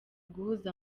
guhuza